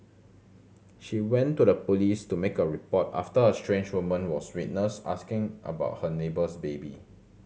she went to the police to make a report after a strange woman was witnessed asking about her neighbour's baby